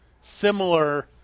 similar